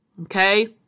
Okay